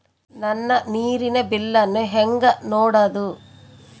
ನನ್ನ ನೇರಿನ ಬಿಲ್ಲನ್ನು ಹೆಂಗ ನೋಡದು?